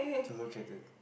to look at this